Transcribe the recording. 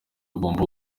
agomba